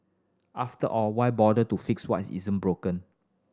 after all why bother to fix what isn't broken